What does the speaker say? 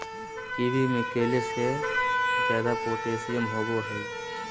kiwi में केले से ज्यादा पोटेशियम होबो हइ